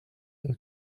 and